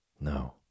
No